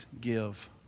give